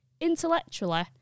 Intellectually